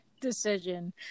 decision